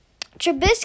Trubisky